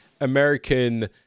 American